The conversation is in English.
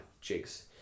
jigs